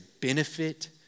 benefit